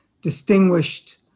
distinguished